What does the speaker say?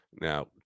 now